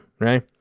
right